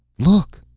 look!